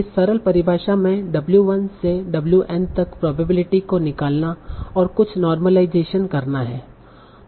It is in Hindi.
इस सरल परिभाषा में w1 से wN तक प्रोबेबिलिटी को निकालना और कुछ नोर्मलाइज़ेसन करना है